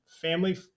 family